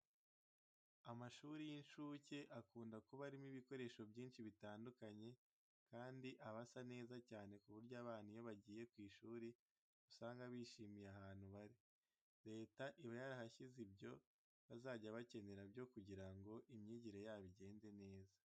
Amashuri y'inshuke akunda kuba arimo ibikoresho byinshi bitandukanye kandi aba asa neza cyane ku buryo abana iyo bagiye ku ishuri usanga bishimiye ahantu bari. Leta iba yarahashyize ibyo bazajya bakenera byose kugira ngo imyigire yabo igende neza.